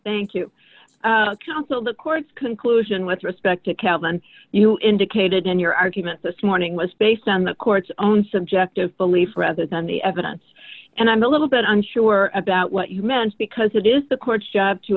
thank you council the court's conclusion with respect to calvin you indicated in your argument this morning was based on the court's own subjective belief rather than the evidence and i'm a little bit unsure about what you meant because it is the court's job to